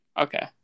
Okay